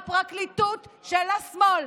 הפרקליטות של השמאל,